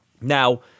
Now